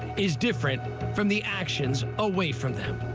is different from the actions away from them.